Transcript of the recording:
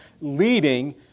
leading